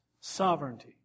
sovereignty